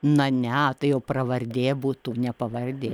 na ne tai jau pravardė būtų ne pavardė